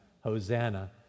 hosanna